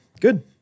good